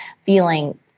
feeling